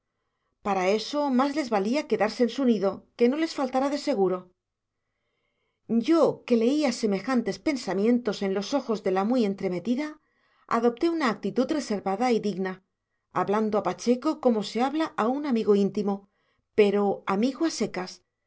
para eso más les valía quedarse en su nido que no les faltará de seguro yo que leía semejantes pensamientos en los ojos de la muy entremetida adopté una actitud reservada y digna hablando a pacheco como se habla a un amigo íntimo pero amigo a secas